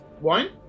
Wine